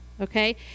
okay